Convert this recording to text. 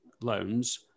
loans